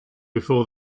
before